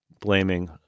blaming